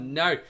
no